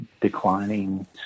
declining